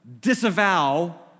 disavow